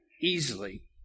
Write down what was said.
easily